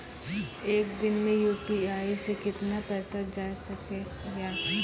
एक दिन मे यु.पी.आई से कितना पैसा जाय सके या?